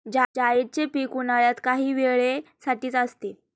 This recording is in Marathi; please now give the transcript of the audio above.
जायदचे पीक उन्हाळ्यात काही वेळे साठीच असते